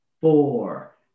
four